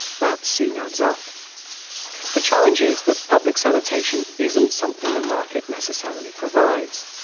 that soon adds up the challenge is that public sanitation isn't something the market necessarily provides.